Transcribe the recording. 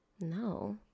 No